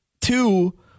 Two